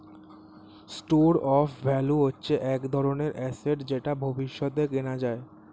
store of value হচ্ছে এক ধরনের অ্যাসেট যেটা ভবিষ্যতে কেনা যায়